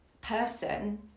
person